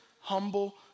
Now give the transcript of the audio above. humble